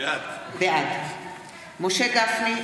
בעד משה גפני,